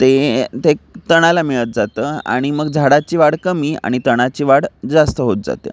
ते ते तणाला मिळत जातं आणि मग झाडाची वाढ कमी आणि तणाची वाढ जास्त होत जाते